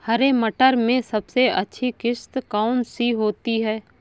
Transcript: हरे मटर में सबसे अच्छी किश्त कौन सी होती है?